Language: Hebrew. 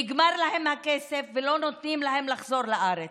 נגמר להם הכסף ולא נותנים להם לחזור לארץ.